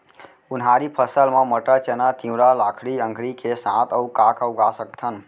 उनहारी फसल मा मटर, चना, तिंवरा, लाखड़ी, अंकरी के साथ अऊ का का उगा सकथन?